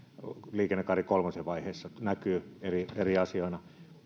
liikennekaari kolmosenkin vaiheessa näkyy eri eri asioina